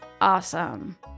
awesome